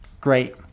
great